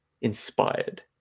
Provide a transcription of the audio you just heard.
inspired